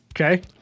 Okay